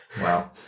Wow